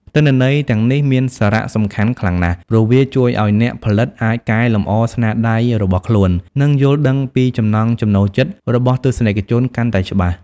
ទិន្នន័យទាំងនេះមានសារៈសំខាន់ខ្លាំងណាស់ ព្រោះវាជួយឱ្យអ្នកផលិតអាចកែលម្អស្នាដៃរបស់ខ្លួន និងយល់ដឹងពីចំណង់ចំណូលចិត្តរបស់ទស្សនិកជនកាន់តែច្បាស់។